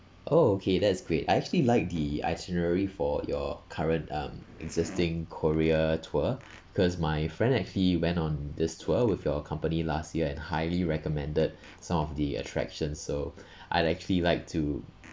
oh okay that's great I actually liked the itinerary for your current um existing korea tour cause my friend actually went on this tour with your company last year and highly recommended some of the attractions so I'd actually like to